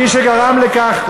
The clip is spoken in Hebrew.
מי שגרם לכך,